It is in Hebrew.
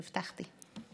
הבטחתי.